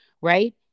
Right